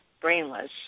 brainless